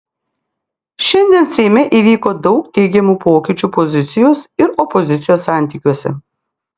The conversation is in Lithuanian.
šiandien seime įvyko daug teigiamų pokyčių pozicijos ir opozicijos santykiuose